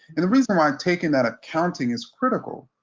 and the reason why taking that accounting is critical,